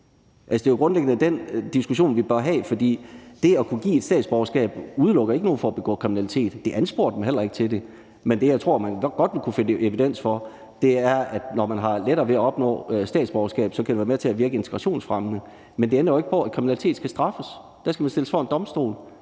Det er jo grundlæggende den diskussion, vi bør have, for det at kunne give et statsborgerskab udelukker ikke nogen fra at begå kriminalitet. Det ansporer heller ikke nogen til det. Men det, som jeg tror man nok godt kunne finde evidens for, er, at når man har lettere ved at opnå statsborgerskab, kan det virke integrationsfremmende. Men det ændrer jo ikke ved, at kriminalitet skal straffes. Der skal man stilles for en domstol.